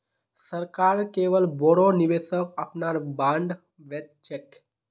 सरकार केवल बोरो निवेशक अपनार बॉन्ड बेच छेक